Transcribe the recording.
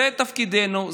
זה תפקידנו,